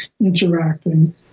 interacting